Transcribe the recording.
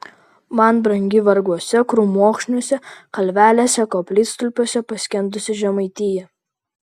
man brangi varguose krūmokšniuose kalvelėse koplytstulpiuose paskendusi žemaitija